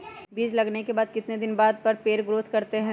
बीज लगाने के बाद कितने दिन बाद पर पेड़ ग्रोथ करते हैं?